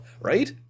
right